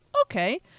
okay